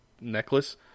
necklace